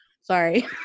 Sorry